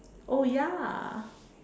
oh ya